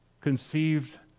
conceived